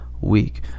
week